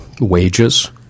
wages